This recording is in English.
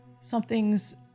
Something's